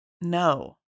No